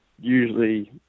usually